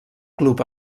club